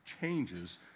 changes